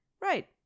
Right